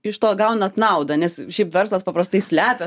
iš to gaunat naudą nes šiaip verslas paprastai slepia